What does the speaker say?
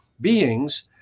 beings